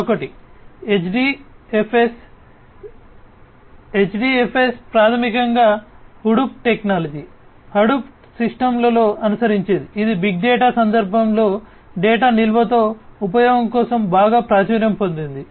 మరొకటి HDFS HDFS ప్రాథమికంగా Hadoop technology Hadoop సిస్టమ్లో అనుసరించేది ఇది బిగ్ డేటా సందర్భంలో డేటా నిల్వతో ఉపయోగం కోసం బాగా ప్రాచుర్యం పొందింది